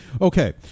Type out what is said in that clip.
okay